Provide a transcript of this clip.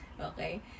okay